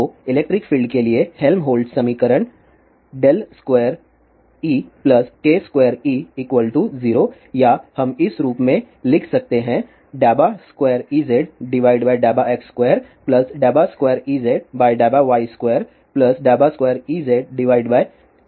तो electric field के लिए हेल्महोल्ट्ज़ समीकरण 2Ek2E0 या हम इस रूप में लिख सकते हैं